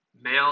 Male